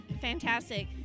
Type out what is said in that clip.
fantastic